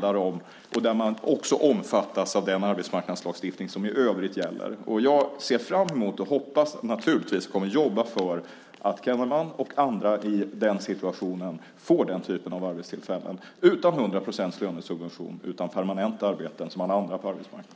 där de också omfattas av den arbetsmarknadslagstiftning som i övrigt gäller. Jag hoppas naturligtvis, och kommer att jobba för det, att Kenneman och andra i den situationen får den här typen av arbetstillfällen, utan 100 procents lönesubvention, permanenta arbeten, som alla andra på arbetsmarknaden.